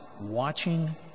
watching